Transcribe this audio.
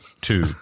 two